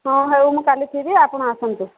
ହଁ ହେଉ ମୁଁ କାଲି ଥିବି ଆପଣ ଆସନ୍ତୁ